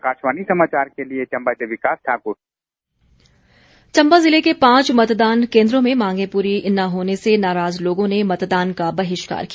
आकाशवाणी समाचार के लिए चंबा जिला से विकास ठाक्र बहिष्कार चंबा जिले के पांच मतदान केन्द्रों में मांगे पूरी न होने से नाराज लोगों ने मतदान का बहिष्कार किया